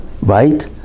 right